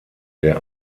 der